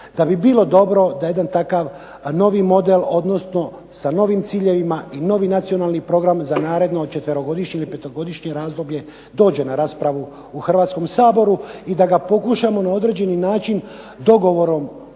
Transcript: Da bi bilo dobro da jedan takav novi model, odnosno sa novim ciljevima i novi nacionalni program za naredno četverogodišnje ili petogodišnje razdoblje dođe na raspravu u Hrvatskom saboru, i da ga pokušamo na određeni način dogovorom